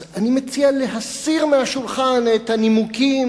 אז אני מציע להסיר מהשולחן את הנימוקים